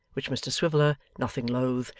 which mr swiveller, nothing loth,